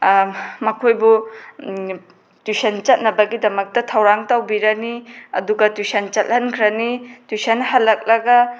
ꯃꯈꯣꯏꯕꯨ ꯇꯨꯏꯁꯟ ꯆꯠꯅꯕꯒꯤꯗꯃꯛꯇ ꯊꯧꯔꯥꯡ ꯇꯧꯕꯤꯔꯅꯤ ꯑꯗꯨꯒ ꯇꯨꯏꯁꯟ ꯆꯠꯍꯟꯈ꯭ꯔꯅꯤ ꯇꯨꯏꯁꯟ ꯍꯜꯂꯛꯂꯒ